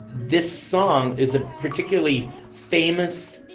this song is a particularly famous